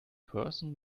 person